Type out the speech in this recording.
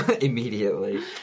Immediately